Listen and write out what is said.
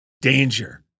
danger